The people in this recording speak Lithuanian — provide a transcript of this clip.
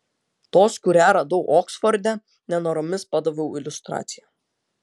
tos kurią radau oksforde nenoromis padaviau iliustraciją